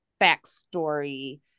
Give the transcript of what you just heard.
backstory